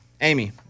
Amy